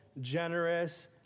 generous